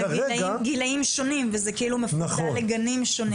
גילאים שונים וזה כאילו מפוצל לגנים שונים.